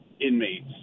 inmates